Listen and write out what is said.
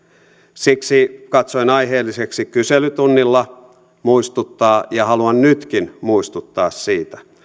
siksi katsoin aiheelliseksi kyselytunnilla muistuttaa ja haluan nytkin muistuttaa siitä